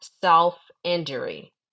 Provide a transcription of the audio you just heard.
self-injury